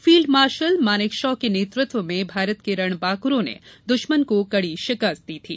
field marshal Manekshaw के नेतृत्व में भारत के रणबांकुरों ने दुश्मन को कड़ी शिकस्त दी थी